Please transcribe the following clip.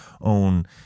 own